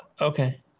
Okay